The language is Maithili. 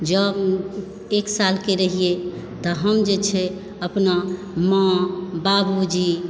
जब एक सालके रहियै तऽ हम जे छै अपना माँ बाबूजी